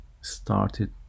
started